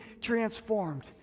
transformed